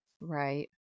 Right